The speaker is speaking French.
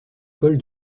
colle